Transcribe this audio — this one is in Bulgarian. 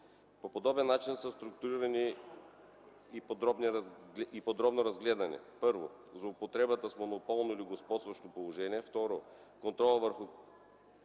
По подобен начин са структурирани и подробно разгледани: 1. злоупотребата с монополно или господстващо положение; 2. контролът върху